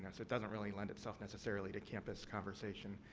it doesn't really lend itself necessarily to campus conversation.